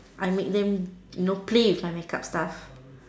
I make them you know play with my makeup stuff